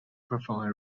perform